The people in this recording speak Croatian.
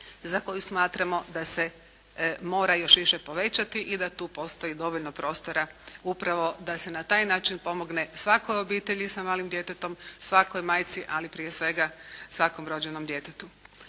za koju smatramo da se mora još više povećati i da tu postoji dovoljno prostora upravo da se na taj način pomogne svakoj obitelji sa malim djetetom, svakoj majci ali prije svega svakom rođenom djetetu.